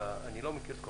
ואיני מכיר את כולו,